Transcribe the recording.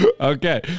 Okay